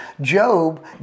Job